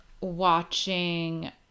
watching